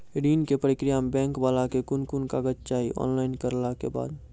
ऋण के प्रक्रिया मे बैंक वाला के कुन कुन कागज चाही, ऑनलाइन करला के बाद?